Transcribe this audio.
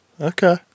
Okay